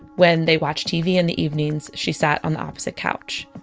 when they watched tv in the evenings, she sat on the opposite couch.